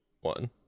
one